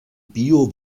bio